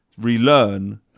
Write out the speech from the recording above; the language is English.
relearn